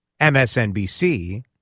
MSNBC